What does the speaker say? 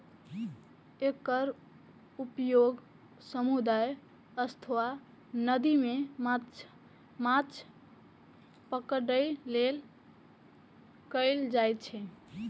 एकर उपयोग समुद्र अथवा नदी मे माछ पकड़ै लेल कैल जाइ छै